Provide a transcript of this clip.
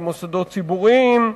מוסדות ציבוריים,